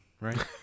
right